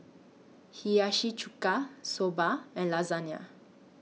Hiyashi Chuka Soba and Lasagna